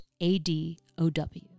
A-D-O-W